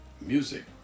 music